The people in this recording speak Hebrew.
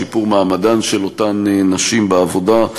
לשיפור מעמדן של אותן נשים בעבודה,